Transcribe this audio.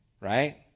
right